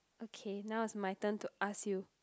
okay now is my turn to ask you